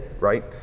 right